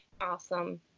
Awesome